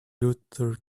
luther